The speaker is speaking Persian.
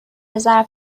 ظرف